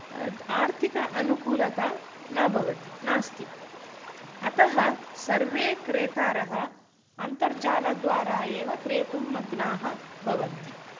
आर्थिक अनुकूलता न भवति नास्ति अतः सर्वे क्रेतारः अन्तर्जालद्वारा एव क्रेतुं मग्नाः भवन्ति